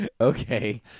okay